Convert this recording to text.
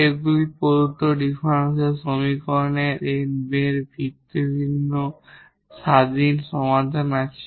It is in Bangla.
এগুলি প্রদত্ত ডিফারেনশিয়াল সমীকরণের n এর ভিন্ন ইন্ডিপেন্ডেন্ট সমাধান আছে